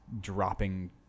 dropping